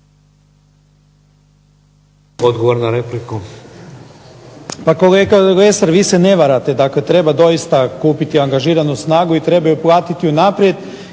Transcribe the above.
Odgovor na repliku.